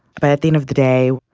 but at the end of the day,